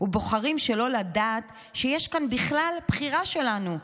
ובוחרים שלא לדעת שיש כאן בכלל בחירה שלנו,